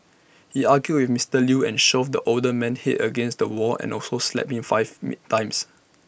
he argued with Mister Lew and shoved the older man's Head against A wall and also slapped him five times